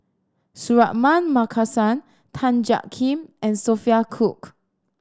Suratman Markasan Tan Jiak Kim and Sophia Cooke